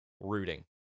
rooting